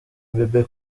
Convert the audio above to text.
bebe